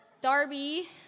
Darby